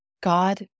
God